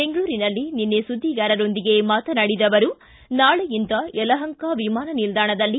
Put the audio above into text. ಬೆಂಗಳೂರಿನಲ್ಲಿ ನಿನ್ನೆ ಸುದ್ದಿಗಾರರೊಂದಿಗೆ ಮಾತನಾಡಿದ ಅವರು ನಾಳೆಯಿಂದ ಯಲಹಂಕಾ ವಿಮಾನ ನಿಲ್ದಾಣದಲ್ಲಿ